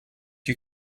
you